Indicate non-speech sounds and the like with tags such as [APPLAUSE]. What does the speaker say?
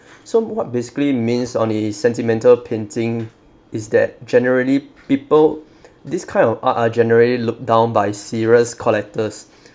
[BREATH] so what basically means on a sentimental painting is that generally people [NOISE] this kind of art are generally looked down by serious collectors